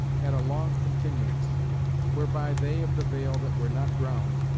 had a long continuance whereby they of the vale that were not drowned,